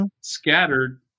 scattered